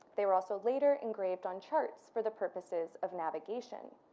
they were also later engraved on charts for the purposes of navigation.